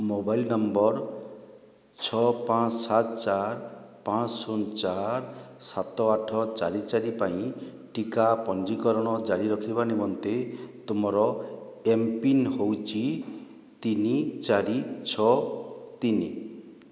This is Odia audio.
ମୋବାଇଲ ନମ୍ବର ଛଅ ପାଞ୍ଚ ସାତ ଚାରି ପାଞ୍ଚ ଶୂନ ଚାରି ସାତ ଆଠ ଚାରି ଚାରି ପାଇଁ ଟିକା ପଞ୍ଜୀକରଣ ଜାରି ରଖିବା ନିମନ୍ତେ ତୁମର ଏମ୍ ପିନ୍ ହେଉଛି ତିନି ଚାରି ଛଅ ତିନି